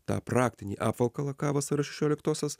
tą praktinį apvalkalą ką vasario šešioliktosios